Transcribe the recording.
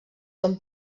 són